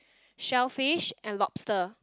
shellfish and lobster